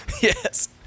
Yes